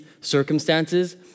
circumstances